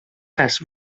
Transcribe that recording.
has